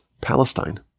Palestine